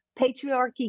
patriarchy